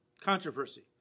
controversy